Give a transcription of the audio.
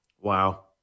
Wow